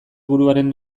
buruaren